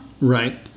Right